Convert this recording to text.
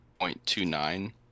0.29